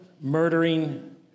murdering